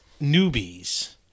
newbies